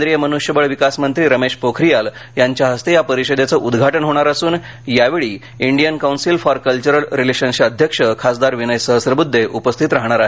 केंद्रीय मन्ष्यबळ विकासमंत्री रमेश पोखरियाल यांच्या हस्ते या परीषदेचं उदघाटन होणार असून यावेळी इंडियन कौन्सिल फॉर कल्चरल रिलेशन्सचे अध्यक्ष खासदार विनय सहस्त्रबद्धे उपस्थित राहणार आहेत